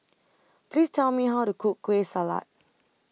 Please Tell Me How to Cook Kueh Salat